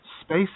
Space